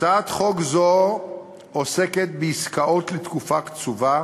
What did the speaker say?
הצעת חוק זו עוסקת בעסקאות לתקופה קצובה,